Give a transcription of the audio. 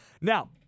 Now